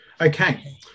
Okay